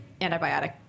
antibiotic